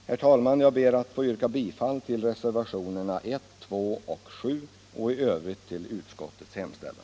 Herr talman! Jag ber att få yrka bifall till reservationerna 1, 2 och 7 och i övrigt till utskottets hemställan.